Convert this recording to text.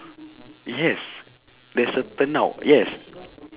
yes there's a turnout yes